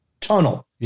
tunnel